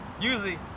Usually